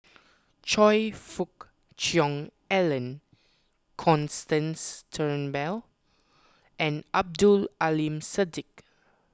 Choe Fook Cheong Alan Constance Turnbull and Abdul Aleem Siddique